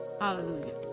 hallelujah